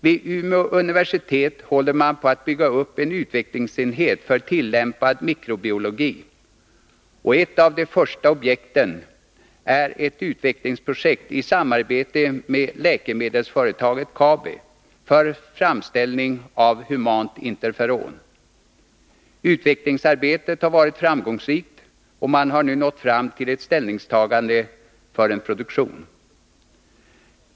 Vid Umeå universitet håller man på att bygga upp en utvecklingsenhet för tillämpad mikrobiologi, och ett av de första objekten är ett utvecklingsprojekt i samarbete med läkemedelsföretaget Kabi för framställning av humant interferon. Utvecklingsarbetet har varit framgångsrikt, och man har nu nått fram till ett ställningstagande för en produktion.